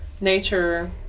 nature